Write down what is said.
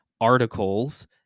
articles